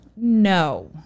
No